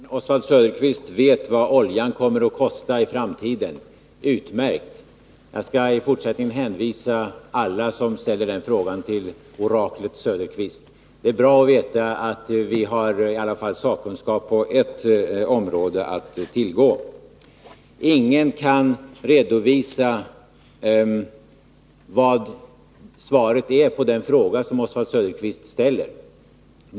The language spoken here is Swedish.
Herr talman! Oswald Söderqvist vet vad oljan kommer att kosta i framtiden. Utmärkt! Jag skall i fortsättningen hänvisa alla som ställer den frågan till oraklet Söderqvist. Det är bra att veta att vi alla fall har sakkunskap att tillgå på ett område. Ingen kan redovisa vad svaret är på den fråga som Oswald Söderqvist ställer, fick vi veta.